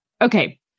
Okay